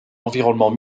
environnement